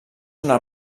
una